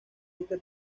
este